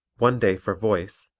one day for voice,